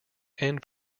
end